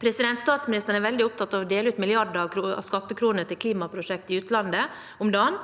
kraft. Statsministeren er veldig opptatt av å dele ut milliarder av skattekroner til klimaprosjekt i utlandet om dagen,